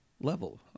Level